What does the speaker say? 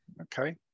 okay